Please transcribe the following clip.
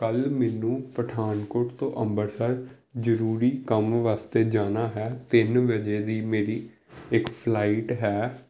ਕੱਲ੍ਹ ਮੈਨੂੰ ਪਠਾਨਕੋਟ ਤੋਂ ਅੰਮ੍ਰਿਤਸਰ ਜ਼ਰੂਰੀ ਕੰਮ ਵਾਸਤੇ ਜਾਣਾ ਹੈ ਤਿੰਨ ਵਜੇ ਦੀ ਮੇਰੀ ਇੱਕ ਫਲਾਈਟ ਹੈ